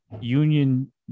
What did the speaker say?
union